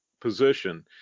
position